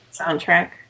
Soundtrack